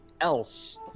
else